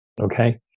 okay